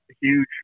huge